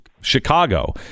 Chicago